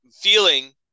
feeling